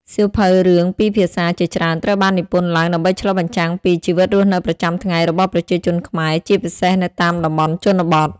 សៀវភៅរឿងពីរភាសាជាច្រើនត្រូវបាននិពន្ធឡើងដើម្បីឆ្លុះបញ្ចាំងពី ជីវិតរស់នៅប្រចាំថ្ងៃ របស់ប្រជាជនខ្មែរ ជាពិសេសនៅតាមតំបន់ជនបទ។